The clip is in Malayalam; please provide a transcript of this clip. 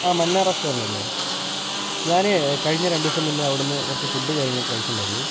ആ മന്ന റെസ്റ്റോറൻ്റ് അല്ലേ ഞാനേ കഴിഞ്ഞ രണ്ട് ദിവസം മുന്നെ അവിടെ നിന്ന് കുറച്ച് ഫുഡ് കാര്യങ്ങളൊക്കെ കഴിച്ചിട്ടുണ്ടായിരുന്നു